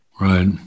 Right